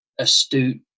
astute